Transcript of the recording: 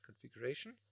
configuration